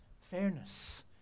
fairness